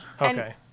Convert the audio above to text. Okay